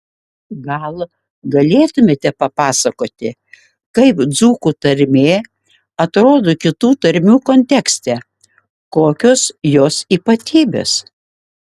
gal galėtumėte papasakoti kaip dzūkų tarmė atrodo kitų tarmių kontekste kokios jos ypatybės